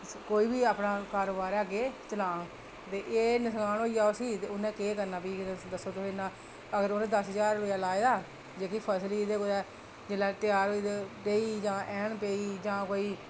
कोई बी अपना कारोबार ऐ अग्गें चलाह्ङ ते एह् नुकसान होई जा उसी ते उ'न्ने केह् करना भी दस्सो तुस इन्ना अगर उ'नें दस्स ज्हार रपेआ लाया ते जेह्की फसल ही कुतै जेल्लै त्यार होई ढेही जां हैन पेई